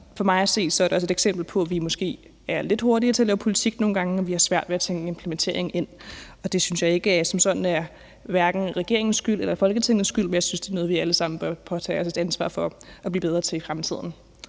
for mig at se er det også et eksempel på, at vi måske er lidt hurtige til at lave politik nogle gange, og at vi har svært ved at tænke implementeringen ind. Det synes jeg som sådan hverken er regeringens skyld eller Folketingets skyld, men jeg synes, det er noget, vi alle sammen bør påtage os et ansvar for at blive bedre til i fremtiden.